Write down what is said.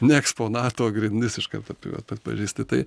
ne eksponato grindis iškart atpa atpažįsti tai